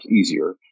easier